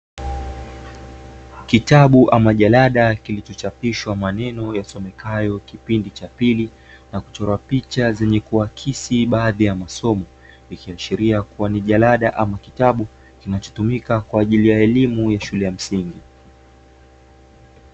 Kitabu ama jalada, kilichochapishwa maneno yasomekayo "kipindi cha pili" na kuchorwa picha zenye kuakisi baadhi ya masomo, ikiashiria kuwa ni jalada ama kitabu kinachotumika kwa ajili ya elimu ya shule ya msingi.